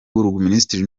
burugumesitiri